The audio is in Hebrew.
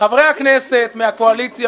--- חברי הכנסת מהקואליציה